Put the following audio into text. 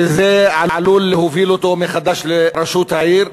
שזה עלול להוביל אותו מחדש לראשות העיר.